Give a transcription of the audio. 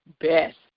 best